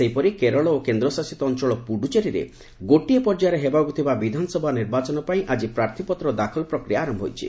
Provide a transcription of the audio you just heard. ସେହିପରି କେରଳ ଓ କେନ୍ଦ୍ରଶାସିତ ଅଞ୍ଚଳ ପୁଡୁଚେରୀରେ ଗୋଟିଏ ପର୍ଯ୍ୟାୟରେ ହେବାକୁ ଥିବା ବିଧାନସଭା ନିର୍ବାଚନ ପାଇଁ ଆଜି ପ୍ରାର୍ଥୀପତ୍ର ଦାଖଲ ପ୍ରକ୍ରିୟା ଆରମ୍ଭ ହୋଇଛି